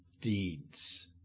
deeds